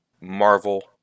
Marvel